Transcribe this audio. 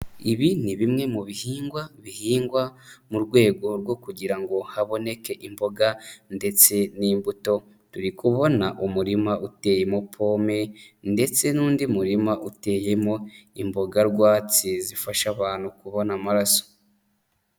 Ibi ni bimwe mu bihingwa bihingwa mu rwego rwo kugira ngo haboneke imboga ndetse n'imbuto, turi kubona umurima uteyemo pome ndetse n'undi murima uteyemo imboga rwatsi zifasha abantu kubona amaraso.